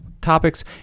Topics